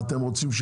מה אתם רוצים,